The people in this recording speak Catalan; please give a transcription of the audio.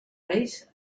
reis